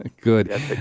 Good